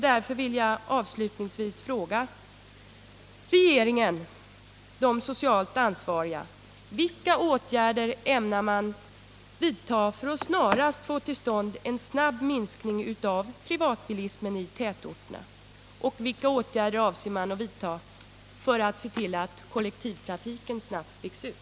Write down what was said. Därför vill jag avslutningsvis fråga dem som ansvarar för det sociala området i regeringen: Vilka åtgärder ämnar ni vidta för att snarast få till stånd en snabb minskning av privatbilismen i tätorterna och för att se till, att kollektivtrafiken snabbt byggs ut?